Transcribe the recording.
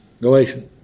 Galatians